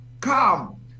Come